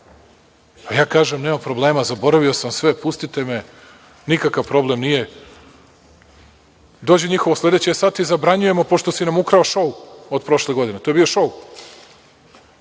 ja kažem – nema problema. Zaboravio sam sve, pustite me, nikakav problem nije. Dođe njihov sledeći – sada ti zabranjujemo pošto si nam ukrao šou od prošle godine. To je bio šou